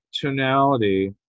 tonality